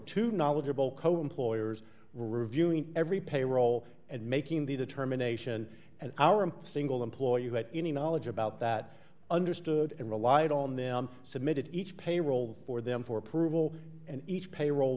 two knowledgeable cohen ploy or is reviewing every payroll and making the determination and our single employee who had any knowledge about that understood and relied on them submitted each payroll for them for approval and each payroll